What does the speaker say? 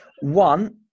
One